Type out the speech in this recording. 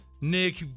Nick